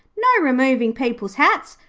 no removing people's hats.